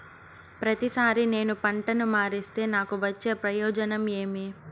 ప్రతిసారి నేను పంటను మారిస్తే నాకు వచ్చే ప్రయోజనం ఏమి?